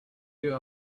you